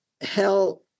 hell